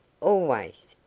always.